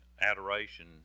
Adoration